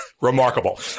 Remarkable